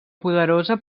poderosa